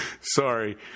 Sorry